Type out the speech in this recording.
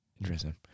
Interesting